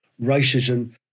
racism